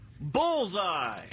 Bullseye